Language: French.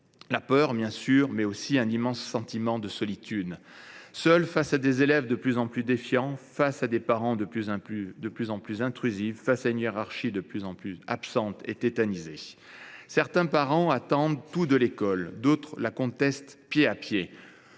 la peur, bien sûr, mais aussi une immense solitude. Ils sont seuls face à des élèves de plus en plus défiants, face à des parents de plus en plus intrusifs et face à une hiérarchie de plus en plus absente et tétanisée. Certains parents attendent tout de l’école, d’autres la contestent pied à pied,